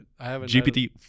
GPT